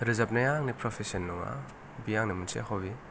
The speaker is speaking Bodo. रोजाबनाया आंनि प्रपेसन नङा बियो आंनि मोनसे हबि